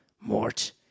Mort